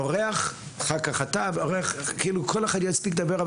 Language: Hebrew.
אורח אחר כך אתה ואורח כאילו כל אחד יספיק לדבר,